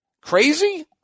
Crazy